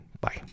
Bye